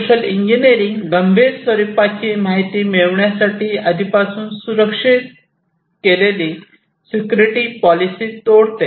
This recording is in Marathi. सोशल इंजिनिअरिंग गंभीर स्वरूपाची माहिती मिळवण्यासाठी आधीपासून सुरक्षित केलेली सिक्युरिटी पॉलिसी तोडते